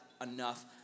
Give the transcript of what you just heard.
enough